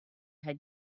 had